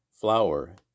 flour